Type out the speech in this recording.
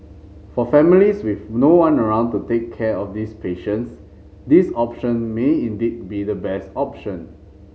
for families with no one around to take care of these patients this option may indeed be the best option